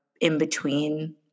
in-between